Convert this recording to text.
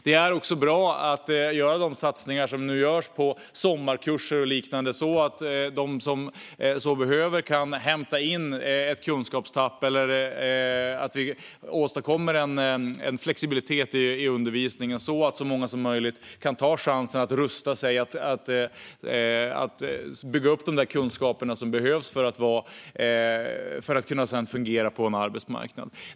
Det är också bra att göra de satsningar som nu görs på sommarkurser och liknande så att de som behöver det kan hämta in ett kunskapstapp och så att vi kan åstadkomma en flexibilitet i undervisningen så att så många som möjligt kan ta chansen att rusta sig och bygga upp de kunskaper som behövs för att kunna fungera på en arbetsmarknad.